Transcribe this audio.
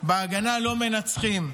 בהגנה לא מנצחים,